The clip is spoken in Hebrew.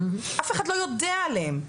אף אחד לא יודע עליהם,